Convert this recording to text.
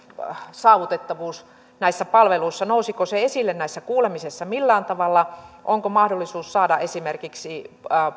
saavutettavuus näissä palveluissa nousiko se esille näissä kuulemisissa millään tavalla onko mahdollisuus saada esimerkiksi